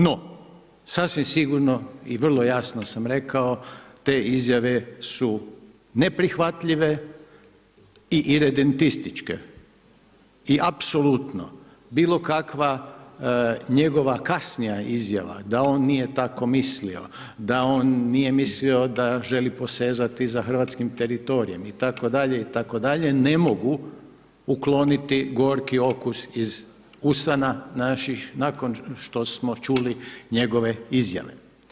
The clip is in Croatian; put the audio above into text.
No, sasvim sigurno i vrlo jasno sam rekao te izjave su neprihvatljive i iredentističke i apsolutno bilo kakva njegova kasnija izjava da on nije tako mislio, da on nije mislio da želi posezati za hrvatskim teritorijem itd., itd. ne mogu ukloniti gorki okus iz usana naših nakon što smo čuli njegove izjave.